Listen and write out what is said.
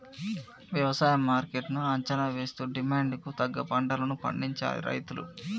వ్యవసాయ మార్కెట్ ను అంచనా వేస్తూ డిమాండ్ కు తగ్గ పంటలను పండించాలి రైతులు